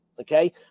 Okay